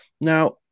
Now